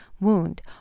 wound